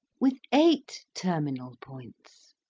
with eight terminal points?